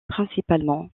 principalement